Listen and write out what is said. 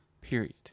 period